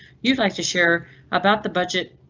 you'd like to share about the budget,